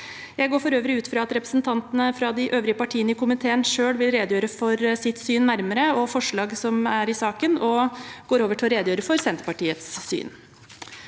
Jeg går for øvrig ut fra at representantene fra de øvrige partiene i komiteen selv vil redegjøre nærmere for sitt syn og for forslagene i saken, og jeg går over til å redegjøre for Senterpartiets syn.